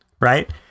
right